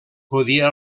podia